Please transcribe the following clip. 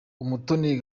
umutoni